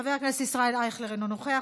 חבר הכנסת יואל חסון,